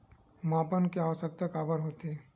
मापन के आवश्कता काबर होथे?